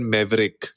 Maverick